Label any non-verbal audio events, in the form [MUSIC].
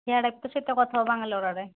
ସିଆଡ଼େ [UNINTELLIGIBLE] ବାଙ୍ଗାଲୋର ଆଡ଼େ